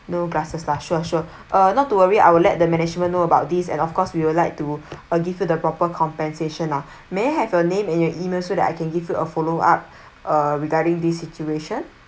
no glasses lah sure sure or not to worry I will let the management know about this and of course we would like to uh give you the proper compensation lah may have a name and your email so that I can give you a follow up uh regarding the situation